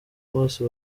bose